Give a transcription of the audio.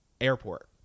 airport